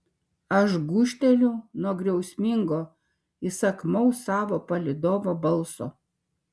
aš gūžteliu nuo griausmingo įsakmaus savo palydovo balso